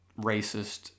racist